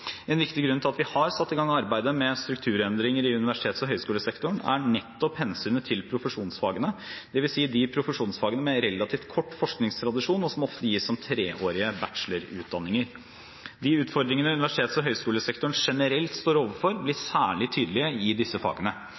En viktig grunn til at vi har satt i gang arbeidet med strukturendringer i universitets- og høyskolesektoren er nettopp hensynet til profesjonsfagene, dvs. de profesjonsfagene med relativt kort forskningstradisjon og som ofte gis som treårige bachelorutdanninger. De utfordringene universitets- og høyskolesektoren generelt står overfor, blir særlig tydelige i disse fagene.